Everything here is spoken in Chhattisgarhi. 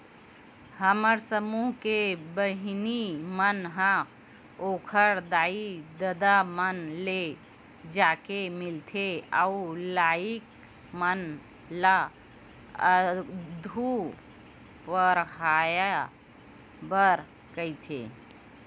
हमर समूह के बहिनी मन ह ओखर दाई ददा मन ले जाके मिलथे अउ लइका मन ल आघु पड़हाय बर कहिथे